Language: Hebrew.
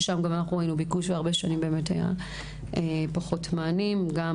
שם היו פחות מענים בשנים קודמות,